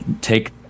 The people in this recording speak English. take